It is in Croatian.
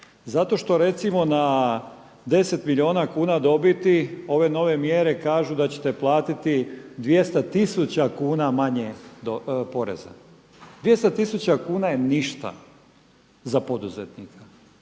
Zato što recimo na deset milijuna kuna dobiti ove nove mjere kažu da ćete platiti dvjesto tisuća kuna manje poreza. Dvjesto tisuća kuna je ništa za poduzetnika,